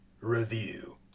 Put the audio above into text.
review